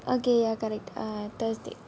okay ya correct thursday